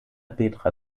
petra